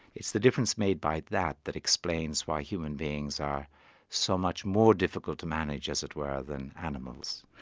it's the difference made by that that explains why human beings are so much more difficult to manage as it were, than animals.